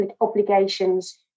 obligations